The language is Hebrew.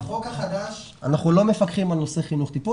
בחוק החדש אנחנו לא מפקחים על חינוך וטיפול